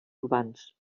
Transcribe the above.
urbans